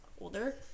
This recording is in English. older